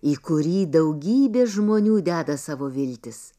į kurį daugybė žmonių deda savo viltis